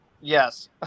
Yes